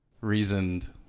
reasoned